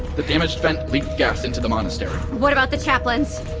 the damaged vent leaked gas into the monastery what about the chaplains?